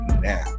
now